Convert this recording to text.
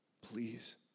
Please